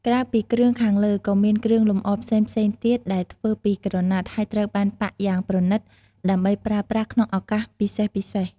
ក្រៅពីគ្រឿងខាងលើ ក៏មានគ្រឿងលម្អផ្សេងៗទៀតដែលធ្វើពីក្រណាត់ ហើយត្រូវបានប៉ាក់យ៉ាងប្រណិត ដើម្បីប្រើប្រាស់ក្នុងឱកាសពិសេសៗ។